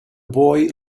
boy